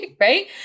right